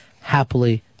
happily